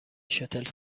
شاتل